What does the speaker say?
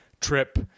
trip